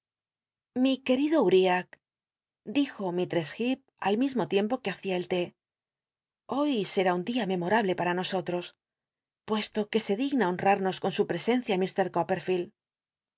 lii querido uriah dijo mistress heep al mismo tiempo que hacia el lé hoy será un dia memorable para nosotros puesto que se digna honmrnos con su presencia mr copperfield